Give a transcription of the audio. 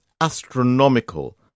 astronomical